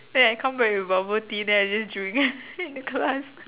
then I come back with bubble tea then I just drink in the class